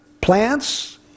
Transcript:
plants